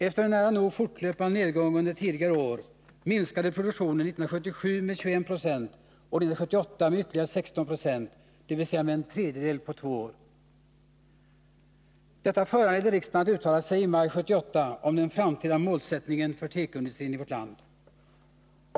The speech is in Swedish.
Efter en nära nog fortlöpande nedgång under tidigare år minskade produktionen 1977 med 21 90 och 1978 med ytterligare 16 976, dvs. med en tredjedel på två år. Detta föranledde riksdagen att uttala sig i maj 1978 om den framtida målsättningen för tekoindustrin i vårt land.